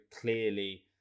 clearly